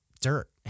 dirt